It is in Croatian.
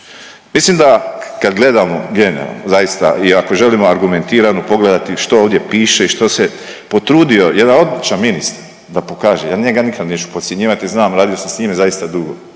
Mislim da kad gledamo generalno zaista i ako želimo argumentirano pogledati što ovdje piše i što se potrudio jedan odličan ministar da pokaže, ja njega nikad neću podcjenjivati, znam radio sam s njime zaista dugo,